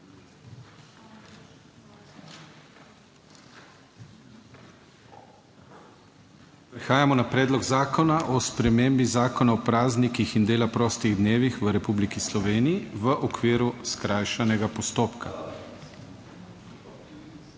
tretja obravnava Predloga zakona o spremembi Zakona o praznikih in dela prostih dnevih v Republiki Sloveniji, v okviru skrajšanega postopka.